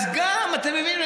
אתה מבין?